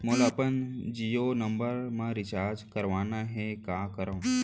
मोला अपन जियो नंबर म रिचार्ज करवाना हे, का करव?